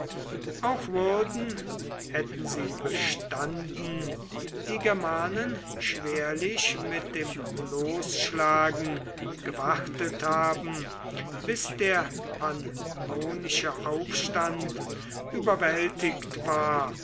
auch würden hätten sie bestanden die germanen schwerlich mit dem losschlagen gewartet haben bis der pannonische aufstand überwältigt war